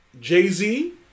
Jay-Z